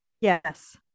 Yes